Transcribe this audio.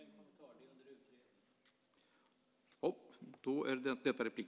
: Jag har ingen kommentar. Det är under utredning.)